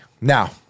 now